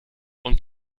und